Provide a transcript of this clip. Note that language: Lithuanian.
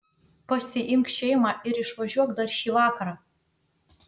pasiimk šeimą ir išvažiuok dar šį vakarą